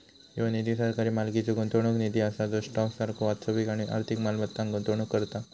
ह्यो निधी सरकारी मालकीचो गुंतवणूक निधी असा जो स्टॉक सारखो वास्तविक आणि आर्थिक मालमत्तांत गुंतवणूक करता